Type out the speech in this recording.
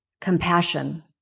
compassion